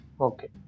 Okay